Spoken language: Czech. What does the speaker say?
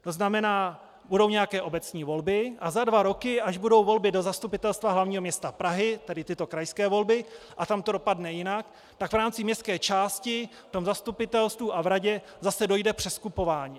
To znamená, že budou nějaké obecní volby a za dva roky, až budou volby do zastupitelstva hl. m. Prahy, tedy tyto krajské volby, a tam to dopadne jinak, tak v rámci městské části v zastupitelstvu a radě zase dojde k přeskupování.